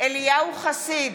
אליהו חסיד,